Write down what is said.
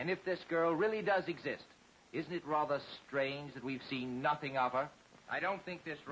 and if this girl really does exist isn't it rather a strange that we've seen nothing on her i don't think th